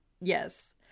Yes